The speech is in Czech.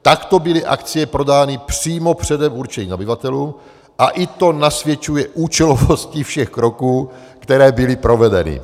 Takto byly akcie prodány přímo určeným nabyvatelům a i to nasvědčuje účelovosti všech kroků, které byly provedeny.